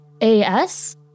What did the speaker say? A-S